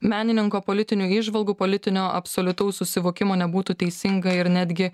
menininko politinių įžvalgų politinio absoliutaus susivokimo nebūtų teisinga ir netgi